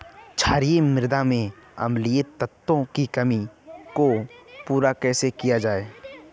क्षारीए मृदा में अम्लीय तत्वों की कमी को पूरा कैसे किया जाए?